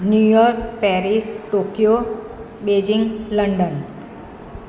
New York Paris Tokyo Beijing London